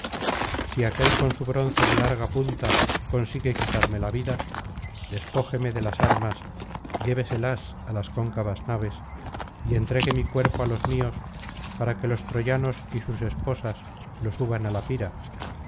si aquél con su bronce de larga punta consigue quitarme la vida despójeme de las armas lléveselas á las cóncavas naves y entregue mi cuerpo á los míos para que los troyanos y sus esposas lo suban á la pira